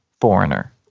foreigner